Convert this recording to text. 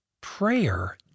Prayer